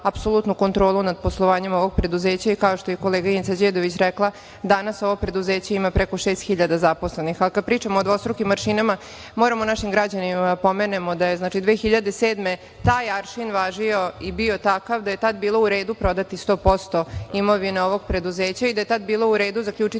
apsolutnu kontrolu nad poslovanjem ovog preduzeća. Kao što je koleginica Đedović rekla, danas ovo preduzeće ima preko 6.000 zaposlenih. Kada pričamo o dvostrukim aršinima, moramo našim građanima da pomenemo da je 2007. godine taj aršin važio i bio takav da je tada bilo u redu prodati sto posto imovine ovog preduzeća i da je tada bilo u redu zaključiti